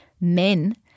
men